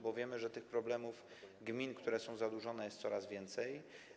Bo wiemy, że tych problemów gmin, które są zadłużone, jest coraz więcej.